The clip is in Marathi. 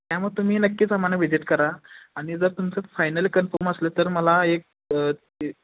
त्यामुळं तुम्ही नक्कीच आम्हाला विजिट करा आणि जर तुमचं फायनल कन्फर्म असलं तर मला एक एक